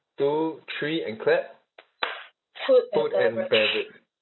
two three and clap food and beverage